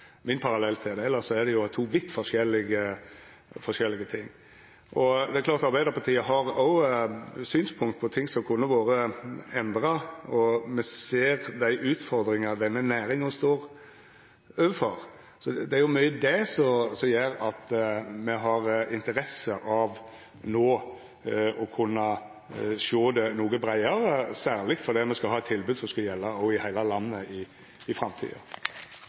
min til det – elles er det to vidt forskjellige ting. Arbeidarpartiet har òg synspunkt på ting som kunne vore endra, og me ser dei utfordringane denne næringa står overfor. Det er mykje det som gjer at me har interesse av no å kunna sjå det noko breiare, særleg fordi me skal ha eit tilbod som skal gjelda òg i heile landet i framtida. Den overordnede målsettingen – et tilbud i